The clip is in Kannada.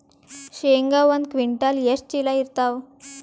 ಶೇಂಗಾ ಒಂದ ಕ್ವಿಂಟಾಲ್ ಎಷ್ಟ ಚೀಲ ಎರತ್ತಾವಾ?